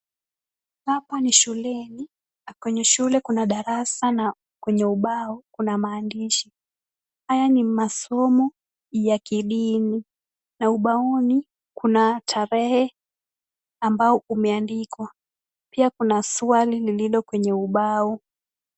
Hapa ni shuleni na kwenye shule kuna darasa na kwenye ubao kuna maandishi. Haya ni masomo ya kidini na ubaoni kuna tarehe ambao umeandikwa. Pia kuna swali lililo kwenye ubao.